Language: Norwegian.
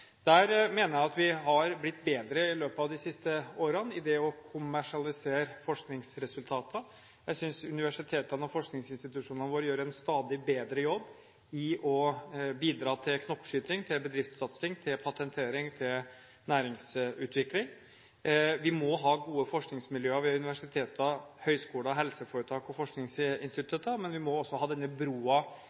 Jeg mener at vi har blitt bedre i løpet av de siste årene i det å kommersialisere forskningsresultater. Jeg synes universitetene og forskningsinstitusjonene våre gjør en stadig bedre jobb med å bidra til knoppskyting, til bedriftssatsing, til patentering, til næringsutvikling. Vi må ha gode forskningsmiljøer ved universiteter, høyskoler, helseforetak og forskningsinstitutter, men vi må også ha denne